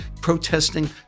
protesting